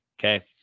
Okay